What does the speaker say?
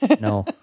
no